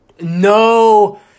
No